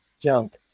junk